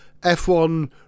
F1